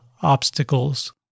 obstacles